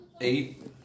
eight